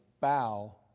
bow